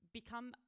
become